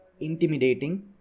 intimidating